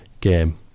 game